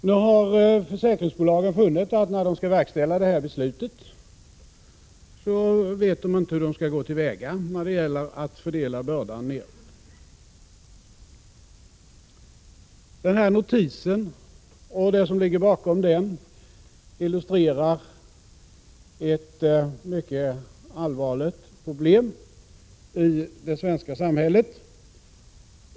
Nu har försäkringsbolagen funnit att de när de skall verkställa beslutet inte vet hur de skall gå till väga för att fördela bördan neråt. Denna notis och det som ligger bakom den illustrerar ett mycket allvarligt problem i det svenska samhället.